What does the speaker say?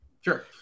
sure